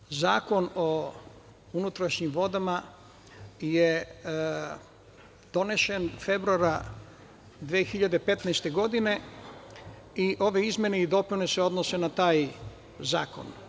Ovaj Zakon o unutrašnjim vodama je donesen februara 2015. godine i ove izmene i dopune se odnose na taj zakon.